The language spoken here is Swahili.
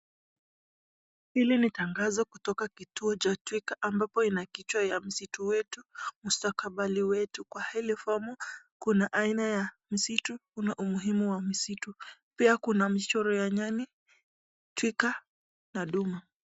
Hili ni tangazo kutoka kituo cha Twiga ambapo ina kichwa ya msitu wetu, mustakabali wetu. Kwa hili fomu kuna aina ya msitu, kuna umuhimu wa msitu. Pia kuna mchoro ya nyani, twiga na duma.